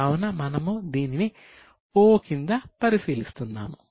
కావున మనము దీనిని 'O' కింద పరిశీలిస్తున్నాము